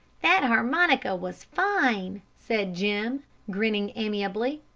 that harmonica was fine! said jim, grinning amiably.